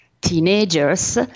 teenagers